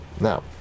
now